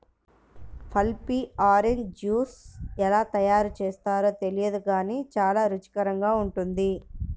pulpy orange juice ఎలా తయారు చేస్తారో తెలియదు గానీ చాలా రుచికరంగా ఉంటుంది